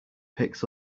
picks